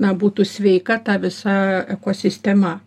na būtų sveika ta visa ekosistema